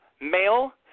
male